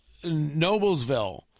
Noblesville